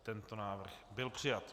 Tento návrh byl přijat.